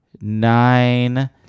nine